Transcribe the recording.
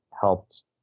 helped